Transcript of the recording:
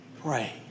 Pray